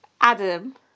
Adam